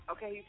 Okay